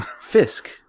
Fisk